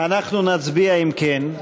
אנחנו נצביע, אם כן,